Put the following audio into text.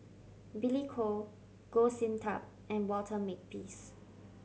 Billy Koh Goh Sin Tub and Walter Makepeace